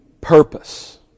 purpose